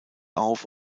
auf